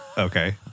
Okay